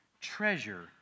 treasure